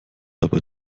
aber